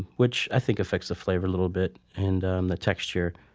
which i think affects the flavor a little bit and um the texture